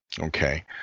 Okay